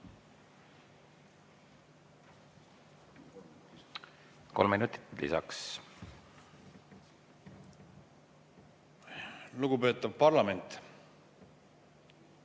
Kolm minutit lisaks. Lugupeetav parlament!